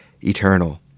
eternal